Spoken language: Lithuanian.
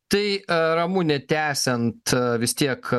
tai ramune tęsiant vis tiek